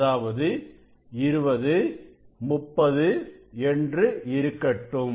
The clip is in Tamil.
அதாவது 2030 என்று இருக்கட்டும்